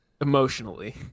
Emotionally